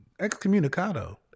excommunicado